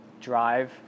drive